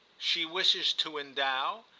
she wishes to endow?